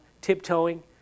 tiptoeing